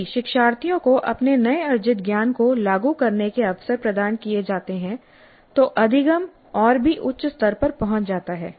यदि शिक्षार्थियों को अपने नए अर्जित ज्ञान को लागू करने के अवसर प्रदान किए जाते हैं तो अधिगम और भी उच्च स्तर पर पहुंच जाता है